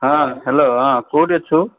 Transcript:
ହଁ ହ୍ୟାଲୋ ହଁ କେଉଁଠି ଅଛୁ